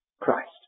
Christ